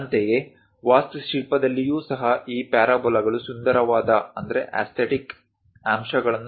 ಅಂತೆಯೇ ವಾಸ್ತುಶಿಲ್ಪದಲ್ಲಿಯೂ ಸಹ ಈ ಪ್ಯಾರಾಬೊಲಗಳು ಸುಂದರವಾದ ಅಂಶಗಳನ್ನು ಆಕರ್ಷಕವಾಗಿ ನೀಡುತ್ತದೆ